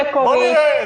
בואו נראה.